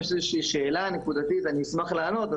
אם יש איזו שאלה נקודתית אני אשמח לענות,